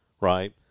right